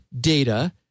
data